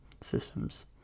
systems